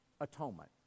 atonement